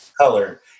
color